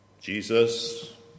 Jesus